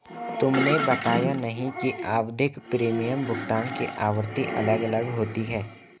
तुमने बताया नहीं कि आवधिक प्रीमियम भुगतान की आवृत्ति अलग अलग होती है